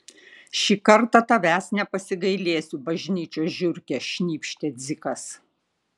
šį kartą tavęs nepasigailėsiu bažnyčios žiurke šnypštė dzikas